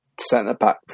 centre-back